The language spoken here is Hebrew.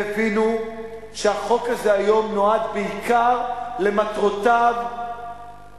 הם הבינו שהחוק הזה היום נועד בעיקר למטרותיו הקפיטליסטיות,